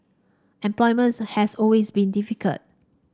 employment has always been difficult